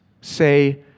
say